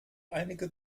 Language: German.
einige